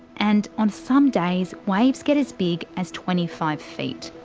and on some days waves get as big as twenty five feet.